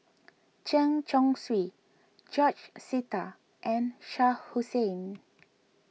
Chen Chong Swee George Sita and Shah Hussain